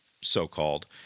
so-called